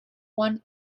one